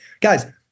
guys